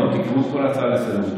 תקראו את כל ההצעה לסדר-היום.